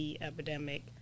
epidemic